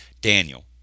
Daniel